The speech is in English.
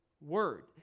word